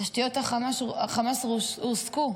תשתיות החמאס רוסקו,